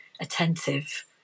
attentive